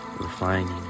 refining